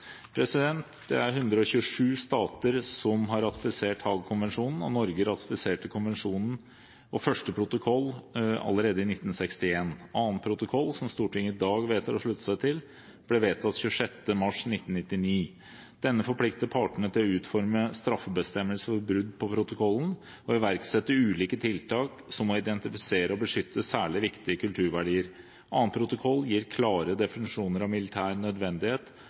Det er 127 stater som har ratifisert Haag-konvensjonen. Norge ratifiserte konvensjonen og første protokoll allerede i 1961. Annen protokoll, som Stortinget i dag vedtar å slutte seg til, ble vedtatt 26. mars 1999. Denne forplikter partene til å utforme straffebestemmelser for brudd på protokollen og iverksette ulike tiltak som må identifisere og beskytte særlig viktige kulturverdier. Annen protokoll gir klare definisjoner av militær nødvendighet